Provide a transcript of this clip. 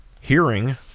hearing